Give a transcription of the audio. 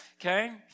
okay